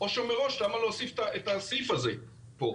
או מראש למה להוסיף את הסעיף הזה פה?